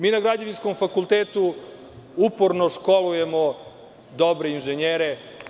Mi na Građevinskom fakultetu uporno školujemo dobre inženjere.